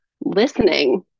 listening